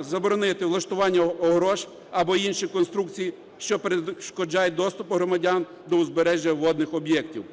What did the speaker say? заборонити влаштування огорож або інших конструкцій, що перешкоджають доступу громадян до узбережжя водних об'єктів.